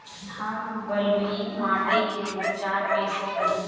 हम बलुइ माटी के उपचार कईसे करि?